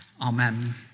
amen